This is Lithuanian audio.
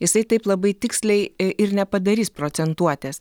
jisai taip labai tiksliai i ir nepadarys procentuotės